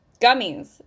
gummies